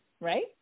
Right